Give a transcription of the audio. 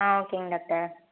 ஆ ஓகேங்க டாக்டர்